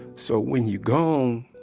so when you're gone,